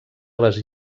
les